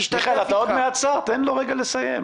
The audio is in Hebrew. תן לו לרגע לסיים.